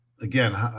Again